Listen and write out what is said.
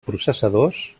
processadors